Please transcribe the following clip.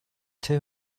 too